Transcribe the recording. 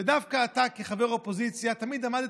ודווקא אתה כחבר אופוזיציה תמיד עמדת,